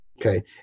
okay